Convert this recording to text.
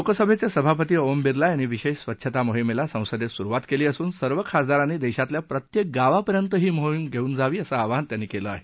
लोकसभेचे सभापती ओम बिर्ला यांनी विशेष स्वच्छता मोहिमेला संसदेत सुरुवात केली असून सर्व खासदारांनी देशातल्या प्रत्येक गावापर्यंत ही मोहीम घेऊन जावी असं आवाहन त्यांनी केलं आहे